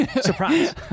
Surprise